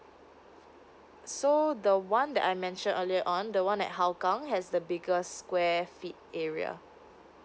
so the one that I mentioned earlier on the one at hougang has the biggest square feet area